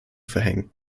verhängen